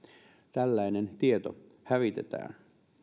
tällainen tieto hävitetään